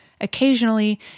Occasionally